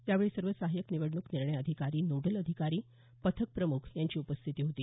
यावेळी सर्व सहाय्यक निवडणूक निर्णय अधिकारी नोडल अधिकारी पथक प्रमुख यांची उपस्थिती होती